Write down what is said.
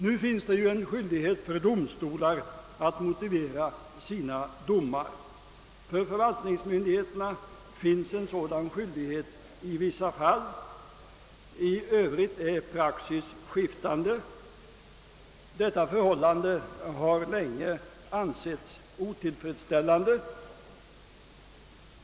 Nu föreligger skyldighet för domstolar att motivera sina domar. För förvaltningsmyndigheter finns en sådan skyldighet i vissa fall men för övrigt är praxis skiftande. Detta förhållande har länge ansetts otillfredsställande.